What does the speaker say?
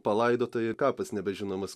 palaidota ir kapas nebežinomas